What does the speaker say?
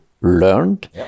learned